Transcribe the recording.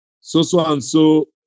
so-so-and-so